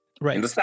Right